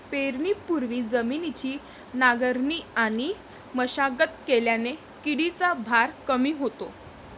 पेरणीपूर्वी जमिनीची नांगरणी आणि मशागत केल्याने किडीचा भार कमी होतो